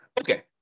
Okay